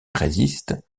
résiste